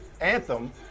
anthem